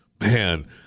Man